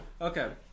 Okay